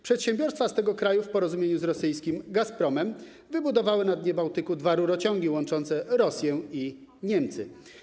Przedsiębiorstwa z tego kraju w porozumieniu z rosyjskim Gazpromem wybudowały na dnie Bałtyku dwa rurociągi łączące Rosję i Niemcy.